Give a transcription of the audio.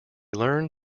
learned